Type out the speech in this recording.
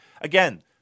again